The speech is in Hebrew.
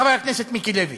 חבר הכנסת מיקי לוי.